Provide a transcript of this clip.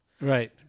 Right